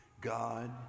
God